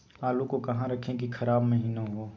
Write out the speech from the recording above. आलू को कहां रखे की खराब महिना हो?